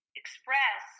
express